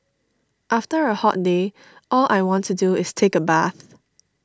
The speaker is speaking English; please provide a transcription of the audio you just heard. after a hot day all I want to do is take a bath